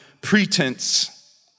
pretense